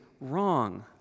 wrong